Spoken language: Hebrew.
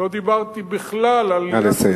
לא דיברתי, נא לסיים.